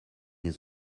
his